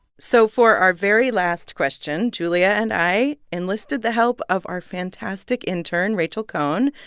so for our very last question, julia and i enlisted the help of our fantastic intern, rachel cohn.